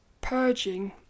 purging